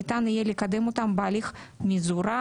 שניתן יהיה לקדם אותם בהליך מזורז.